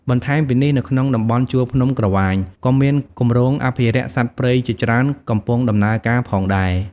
បន្ថែមពីនេះនៅក្នុងតំបន់ជួរភ្នំក្រវាញ ក៏មានគម្រោងអភិរក្សសត្វព្រៃជាច្រើនកំពុងដំណើរការផងដែរ។